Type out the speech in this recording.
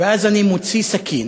ואז אני מוציא סכין